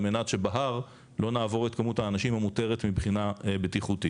על מנת שבהר לא נעבור את כמות האנשים המותרת מבחינה בטיחותית.